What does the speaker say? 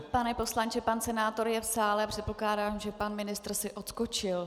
Pane poslanče, pan senátor je v sále, předpokládám, že pan ministr si odskočil.